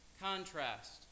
contrast